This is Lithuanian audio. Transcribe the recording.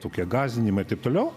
tokie gąsdinimai taip toliau